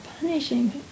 punishing